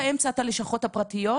באמצע יש את הלשכות הפרטיות,